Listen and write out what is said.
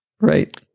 Right